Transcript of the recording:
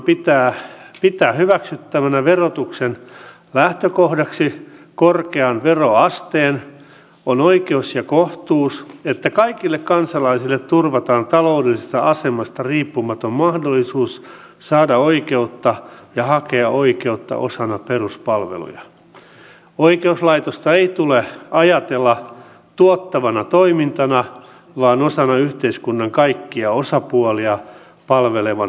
mutta samoin kuten tässä jo edellä tuli esille pitää huolehtia siitä että me haemme ne tukikeinot jotta se voidaan tehdä niille henkilöille joille tämä ei tule ajatella tuottavana toimintana vaan ole mahdollista syystä tai toisesta